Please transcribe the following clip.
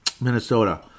Minnesota